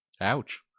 Ouch